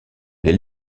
les